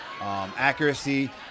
Accuracy